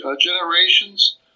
generations